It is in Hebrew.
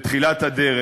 בתחילת הדרך.